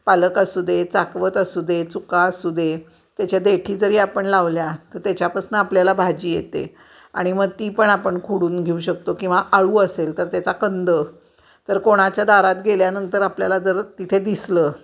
पालक असू दे चाकवत असू दे चुका असू दे त्याच्या देठी जरी आपण लावल्या तर त्याच्यापासून आपल्याला भाजी येते आणि मग ती पण आपण खुडून घेऊ शकतो किंवा आळू असेल तर त्याचा कंद तर कोणाच्या दारात गेल्यानंतर आपल्याला जर तिथे दिसलं